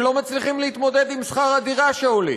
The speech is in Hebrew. שלא מצליחים להתמודד עם שכר הדירה שעולה.